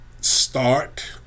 start